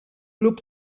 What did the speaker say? club